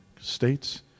states